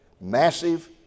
massive